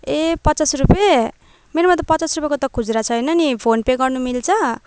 ए पचास रुपियाँ मेरोमा त पचास रुपियाँको त खुजरा छैन नि फोन पे गर्नु मिल्छ